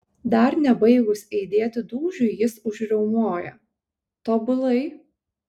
dar nebaigus aidėti dūžiui jis užriaumoja tobulai